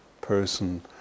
person